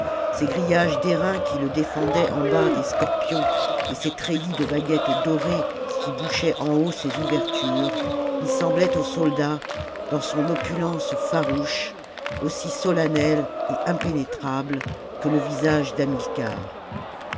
ses grillages d'airain qui le défendaient en bas des scorpions et ses treilhs de baguettes dorées qui bouchaient en haut ses ouvertures il semblait aux soldats dans son opulence farouche aussi solennel et impénétrable que le visage